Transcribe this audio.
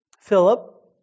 Philip